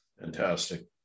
Fantastic